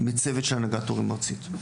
מצוות של הנהגת הורים ארצית.